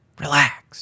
Relax